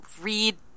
read